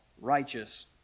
righteous